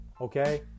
okay